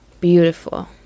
beautiful